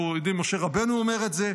אנחנו יודעים שמשה רבנו אומר את זה.